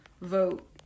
vote